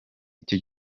icyo